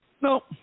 No